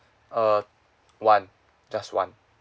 uh one just one